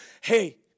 hey